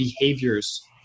behaviors